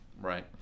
right